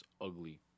Ugly